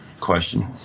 question